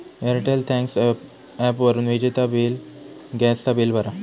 Airtel thanks ॲपवरून विजेचा bill, gas चा बिल भरा